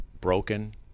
broken